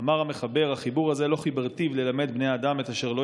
"אמר המחבר: החיבור הזה לא חיברתיו ללמד בני אדם את אשר לא